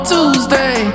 Tuesday